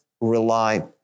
rely